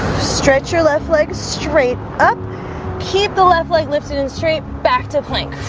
stretch your left leg straight up keep the left leg lifted and straight back to plank